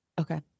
okay